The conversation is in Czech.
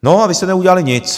No a vy jste neudělali nic!